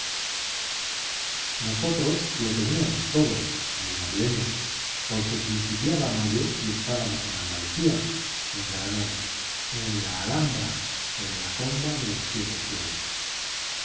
nosotros lo teníamos todo menos leña porque principiaba mayo y estábamos en andalucía en granada en la alhambra en la fonda de los siete suelos